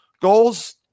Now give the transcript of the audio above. goals